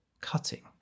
cutting